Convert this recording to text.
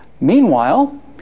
Meanwhile